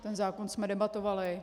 Ten zákon jsme debatovali.